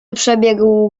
przebiegł